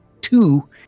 two